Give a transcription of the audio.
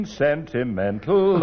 sentimental